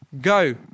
go